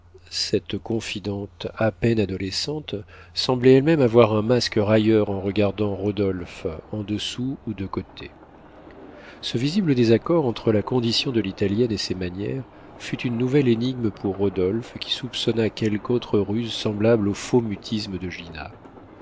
cette confidente à peine adolescente semblait elle-même avoir un masque railleur en regardant rodolphe en dessous ou de côté ce visible désaccord entre la condition de l'italienne et ses manières fut une nouvelle énigme pour rodolphe qui soupçonna quelqu'autre ruse semblable au faux mutisme de gina